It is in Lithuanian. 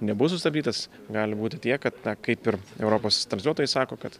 nebus sustabdytas gali būti tiek kad na kaip ir europos transliuotojai sako kad